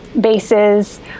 bases